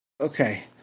okay